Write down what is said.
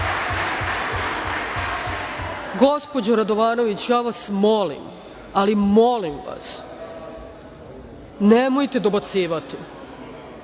vam. Gospođo Radovanović, ja vas molim, ali molim vas, nemojte dobacivati.